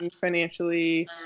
financially